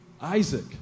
Isaac